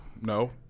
No